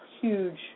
huge